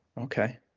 Okay